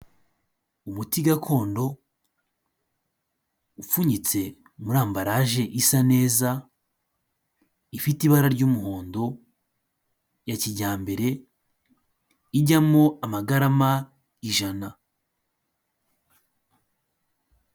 Umuti gakondo upfunyitse muri ambaraje isa neza, ifite ibara ry'umuhondo ya kijyambere, ijyamo amagarama ijana.